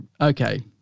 Okay